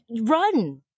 run